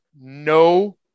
no